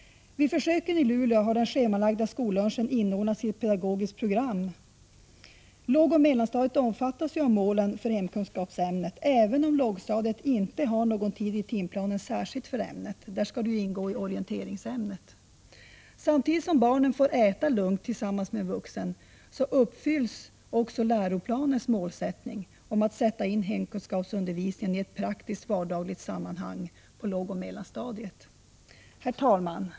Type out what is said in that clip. Vid försöken i Luleå har den schemalagda skollunchen inordnats i ett pedagogiskt program. Lågoch mellanstadiet omfattas ju av målen för hemkunskapsämnet, även om lågstadiet inte har någon tid i timplanen särskilt för ämnet — där skall det ju ingå i orienteringsämnet. Samtidigt som barnen får äta lugnt tillsammans med en vuxen, uppfylls också läroplanens mål om att sätta in hemkunskapsundervisningen i ett praktiskt, vardagligt sammanhang på lågoch mellanstadiet. Herr talman!